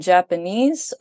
Japanese